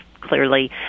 clearly